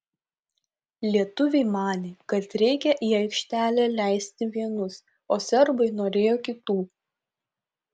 lietuviai manė kad reikia į aikštelę leisti vienus o serbai norėjo kitų